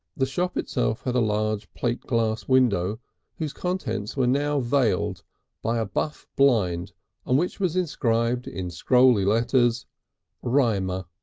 the shop itself had a large plate-glass window whose contents were now veiled by a buff blind on which was inscribed in scrolly letters rymer,